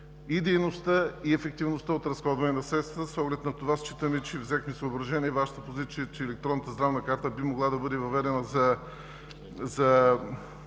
и дейността, и ефективността от разходване на средства. С оглед на това считаме, че взехме съобразена и Вашата позиция, че електронната здравна карта би могла да бъде въведена за